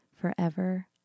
forever